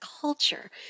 culture